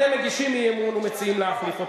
אתם מגישים אי-אמון ומציעים להחליף אותנו.